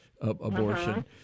abortion